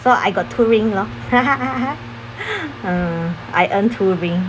so I got two ring lor mm I earned two ring